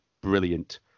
brilliant